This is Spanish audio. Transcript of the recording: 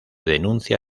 denuncia